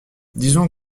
disons